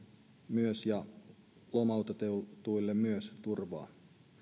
myös lomautetuille turvaa